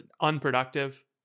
unproductive